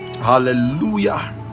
hallelujah